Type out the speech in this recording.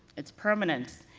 its permanence,